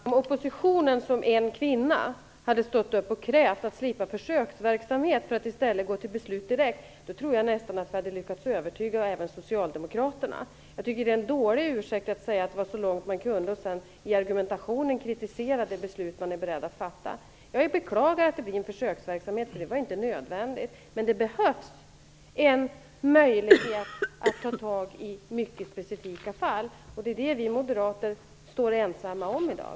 Fru talman! Om oppositionen hade stått upp som en kvinna och krävt att slippa försöksverksamhet, för att i stället gå till beslut direkt, tror jag nästan att vi hade lyckats övertyga även Socialdemokraterna. Jag tycker att det är en dålig ursäkt att säga att det var så långt man kunde komma och sedan i argumentationen kritisera det beslut man är beredd att fatta. Jag beklagar att det blir en försöksverksamhet, därför att det är inte nödvändigt. Men det behövs en möjlighet att ta tag i mycket specifika fall, och det är det vi moderater står ensamma om i dag.